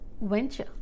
venture